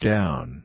Down